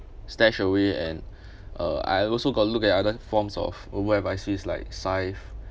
stashaway and uh I also got look at other forms of robo-advisors like syfe